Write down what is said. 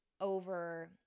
over